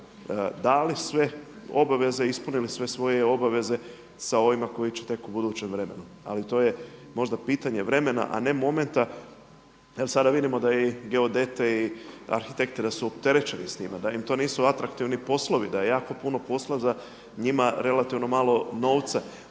dali sve obaveze, ispunili sve svoje obaveze sa ovima koji će tek u budućem vremenu. Ali to je možda pitanje vremena, a ne momenta jer sada vidimo da je i geodete i arhitekte da su opterećeni s time, da im to nisu atraktivni poslovi, da je jako puno posla za njima malo relativno malo novca,